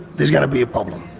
there's going to be a problem.